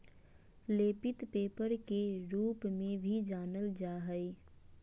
लेपित पेपर के रूप में भी जानल जा हइ